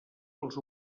els